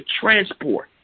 transport